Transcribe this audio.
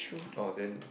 orh then